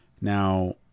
Now